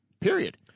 Period